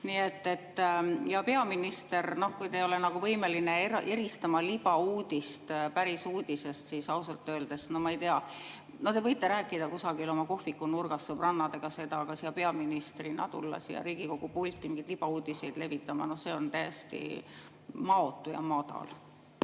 Ja kui peaminister ei ole võimeline eristama libauudist päris uudisest, siis ausalt öeldes, no ma ei tea ... No te võite rääkida kusagil oma kohvikunurgas sõbrannadega seda, aga peaministrina tulla siia Riigikogu pulti mingeid libauudiseid levitama – see on täiesti maotu ja madal.